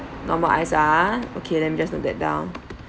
normal ice ah okay let me just note that down